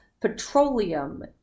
petroleum